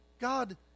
God